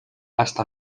hasta